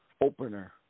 opener